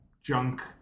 junk